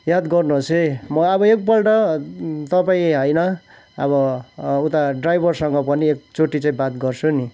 याद गर्नु होस् है म अब एकपल्ट तपाईँ होइन अब उता ड्राइभरसँग पनि एकचोटि चाहिँ बात गर्छु नि